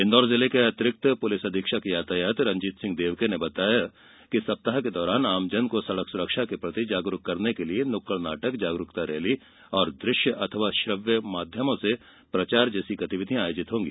इंदौर जिले के अतिरिक्त पुलिस अधीक्षक यातायात रंजीत सिंह देवके ने बताया कि सप्ताह के दौरान आमजन को सड़क सुरक्षा के प्रति जागरुक करने के लिए नुक्कड़ नाटक जागरुकता रैली दृष्य एवं श्रव्य माध्यमों से प्रचार जैसी गतिविधियां आयोजित होगी